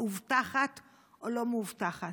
מאובטחת או לא מאובטחת,